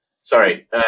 sorry